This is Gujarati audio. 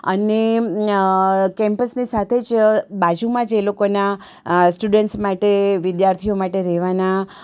અને કેમ્પસની સાથે જ બાજુમાં જ એ લોકોનાં સ્ટુડન્ટ માટે વિદ્યાર્થીઓ માટે રહેવાનાં